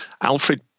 Alfred